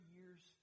years